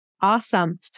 awesome